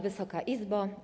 Wysoka Izbo!